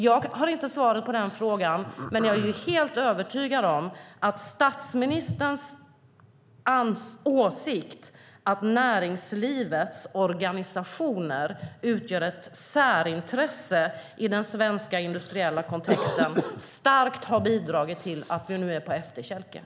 Jag har inte svaret på den frågan, men jag är helt övertygad om att statsministerns åsikt att näringslivets organisationer utgör ett särintresse i den svenska industriella kontexten starkt har bidragit till att vi nu är på efterkälken.